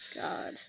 god